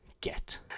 get